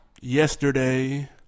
Yesterday